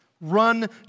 Run